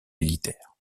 militaire